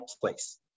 place